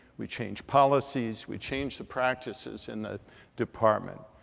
we change policies. we change the practices in the department.